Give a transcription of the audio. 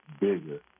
bigger